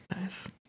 Nice